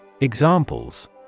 Examples